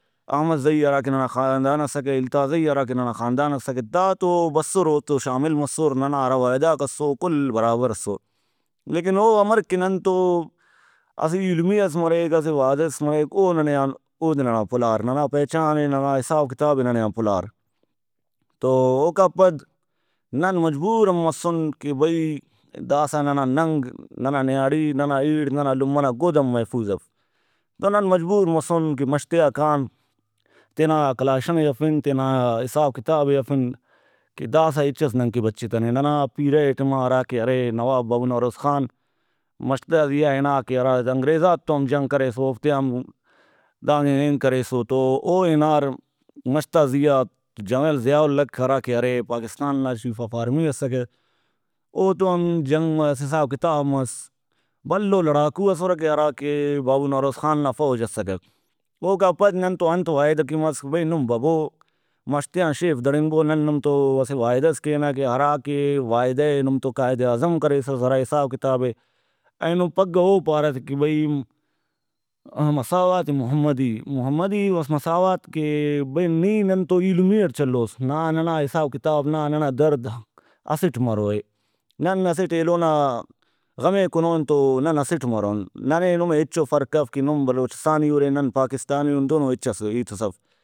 احمد زئی ہراکہ ننا خاندان اسکہ التازئی ہراکہ ننا خاندان اسکہ دا تو بسر اوتو شامل مسر ننا ہرا وعدہ غاک اسو او کل برابر اسو۔ لیکن او امر کہ ننتو اسہ ایلمی ئس مریک اسہ وعدہ ئس مریک او ننے آن اودے ننا پُلار ننا پنچانے ننا حساب کتابے ننے آن پُلار۔ تو اوکا پد نن مجبور ہم مسُن کہ بھئی داسہ ننا ننگ ننا نیاڑی ننا ایڑ لمہ نا گُد ہم محفوظ اف تونن مجبور مسُن کہ مَش تیا کان تینا کلاشن ئے ہرفن تینا حساب کتابے ہرفن کہ داسہ ہچس ننکہ بچتنے ننا پیرہ اے ٹائما ہراکہ ارے نواب بابو نوروز خان مَش تا زیہا ہنا کہ ہراانگریزاتو ہم جنگ کریسو اوفتے آ ہم دانگ آن اینگ کریسو تو او ہنار مَش تا زیہا جنرل ضیاء الحق ہراکہ ارے پاکستان نا چیف آف آرمی اسکہ او تو ہم جنگ مس حساب کتاب مس بھلو لڑاکو اسرہ کہ ہراکہ بابو نوروز خان نا فوج اسکہ۔ اوکا پد انت وعدہ کہ مس کہ بھئی نم ببو مش تیان شیف دھڑنگبو نن نمتو اسہ وعدہ ئس کینہ کہ ہراکہ وعدہ ئے نم تو قائد اعظم کریسس ہرا حساب کتابے اینو پھگہ او پارہ تے کہ بھئی مساوات محمدی محمدی مساوات کہ بھئی نی ننتو ایلمی اٹ چلوس نا ننا حساب کتاب نا ننا درد اسٹ مروئے نن اسٹ ایلو نا غمے کُنون تو نن اسٹ مرون ننے نمے ہچو فرق اف کہ نم بلوچستانی اُرے نن پاکستانی اُن دُنو ہچس ہیتس اف